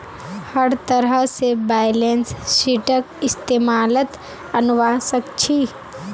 हर तरह से बैलेंस शीटक इस्तेमालत अनवा सक छी